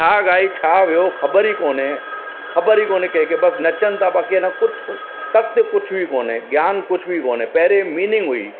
छा ॻाए छा वियो ख़बरु ई कोन्हे ख़बरु ई कोन्हे कंहिंखे बसि नचनि था बाक़ी आहे न कुझु तथ्य कुझु बि कोन्हे ज्ञानु कुझु बि कोन्हे पहिरीं मीनिंग हुई